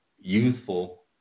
youthful